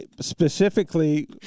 specifically